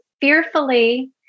fearfully